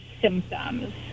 symptoms